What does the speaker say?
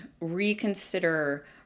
reconsider